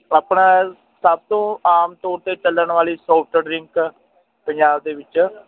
ਆਪਣਾ ਸਭ ਤੋਂ ਆਮ ਤੌਰ 'ਤੇ ਚੱਲਣ ਵਾਲੀ ਸੋਫਟ ਡਰਿੰਕ ਪੰਜਾਬ ਦੇ ਵਿੱਚ